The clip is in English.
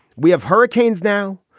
we have hurricanes now.